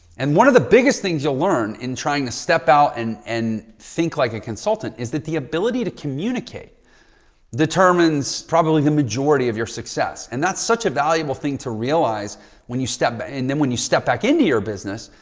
and one of the biggest things you'll learn in trying to step out and and think like a consultant is that the ability to communicate determines probably the majority of your success. and that's such a valuable thing to realize when you step back. and then when you step back into your business,